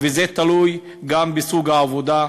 וזה תלוי גם בסוג העבודה.